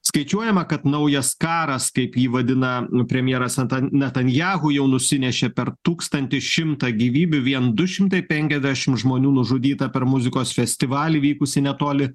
skaičiuojama kad naujas karas kaip jį vadina premjeras natan natanjahu jau nusinešė per tūkstantį šimtą gyvybių vien du šimtai penkiasdešim žmonių nužudyta per muzikos festivalį vykusį netoli